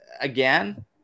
Again